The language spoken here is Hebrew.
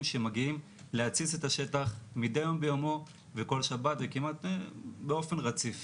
שמגיעים להתסיס את השטח מדי יום ביומו וכל שבת וכמעט באופן רציף.